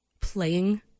Playing